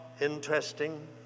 interesting